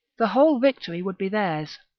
the whole victory would be theirs.